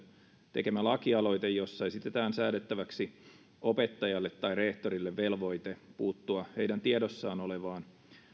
tekemä lakialoite jossa esitetään säädettäväksi opettajalle tai rehtorille velvoite puuttua heidän tiedossaan olevaan